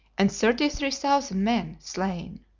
and thirty-three thousand men slain.